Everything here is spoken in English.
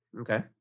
Okay